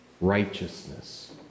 righteousness